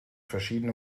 verschiedene